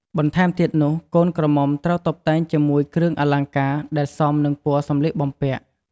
បន្ថែមទៀតនុះកូនក្រមុំត្រូវតុបតែងជាមួយគ្រឿងអលង្ការដែលសមនឹងពណ៌សម្លៀកបំពាក់។